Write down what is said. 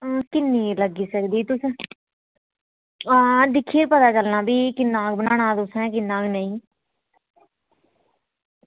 किन्नी लग्गी सकदी तुस हां दिक्खियै पता चलना फ्ही किन्ना बनाना तुसें किन्ना'क नेईं